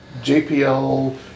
JPL